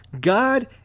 God